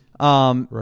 right